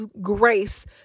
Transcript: grace